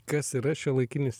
kas yra šiuolaikinis